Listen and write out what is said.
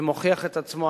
זה מוכיח את עצמו.